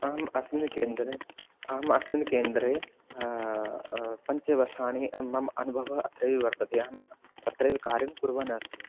अहम् अस्मिन् केन्द्रे अहम् अस्मिन् केन्द्रे पञ्चवर्षाणि मम अनुभवः अत्रैव वर्तते अहम् अत्रैव कार्यं कुर्वन् अस्मि